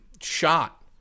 shot